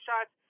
shots